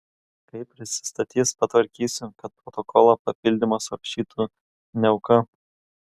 kai prisistatys patvarkysiu kad protokolo papildymą surašytų niauka